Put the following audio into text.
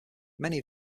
many